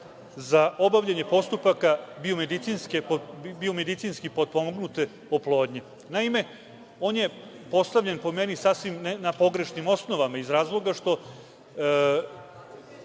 za obavljanje postupaka biomedicinski potpomognute oplodnje. Naime, on je postavljen, po meni, sasvim na pogrešnim osnovama, iz razloga što,